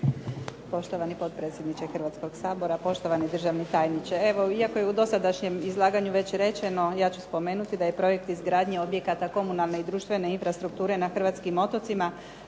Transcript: Poštovani potpredsjedniče Hrvatskog sabora, poštovani državni tajniče. Evo iako je u dosadašnjem izlaganju već rečeno, ja ću spomenuti da je projekt izgradnje objekata komunalne i društvene infrastrukture na hrvatskim otocima